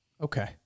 Okay